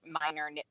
minor